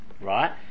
Right